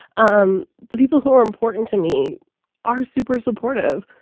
um the people who are important to me are super supportive